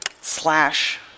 slash